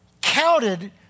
Counted